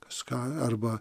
kažką arba